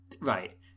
right